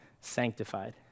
sanctified